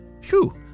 Phew